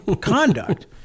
conduct